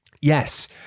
yes